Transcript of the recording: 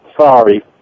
sorry